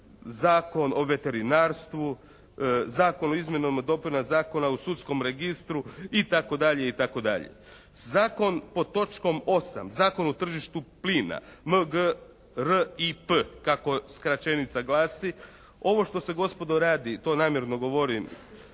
Zakon o veterinarstvu. Zakon o izmjenama i dopunama Zakona o sudskom registru i tako dalje i tako dalje. Zakon pod točkom 8. Zakon o tržištu plina, MGRIP, kako skraćenica glasi. Ovo što se gospodo radi, to namjerno govorim